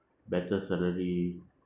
better salary